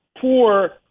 poor